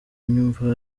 unyumva